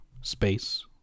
space